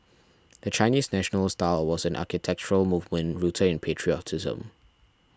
the Chinese National style was an architectural movement rooted in patriotism